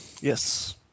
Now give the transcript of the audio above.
Yes